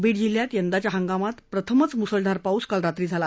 बीड जिल्ह्यात यंदाच्या हंगामात प्रथमच मुसळधार पाऊस काल रात्री झाला